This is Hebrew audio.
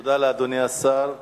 תודה לאדוני השר.